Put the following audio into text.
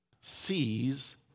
sees